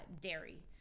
dairy